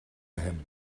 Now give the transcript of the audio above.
him